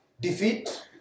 defeat